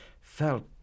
felt